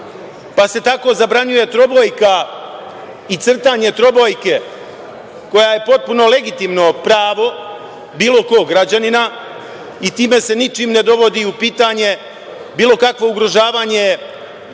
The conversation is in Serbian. pa se tako zabranjuje trobojka i crtanje trobojke, koja je potpuno legitimno pravo bilo kog građanina i time se ničim ne dovodi u pitanje bilo kakvo ugrožavanje